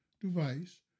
device